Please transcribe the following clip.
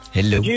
Hello